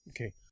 Okay